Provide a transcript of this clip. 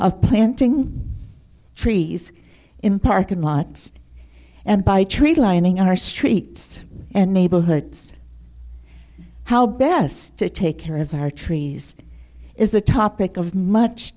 of planting trees in parking lots and by treaty lining our streets and neighborhoods how best to take care of our trees is the topic of much